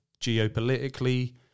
geopolitically